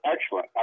excellent